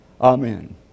Amen